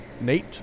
Nate